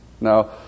Now